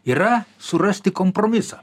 yra surasti kompromisą